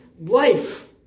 Life